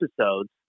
episodes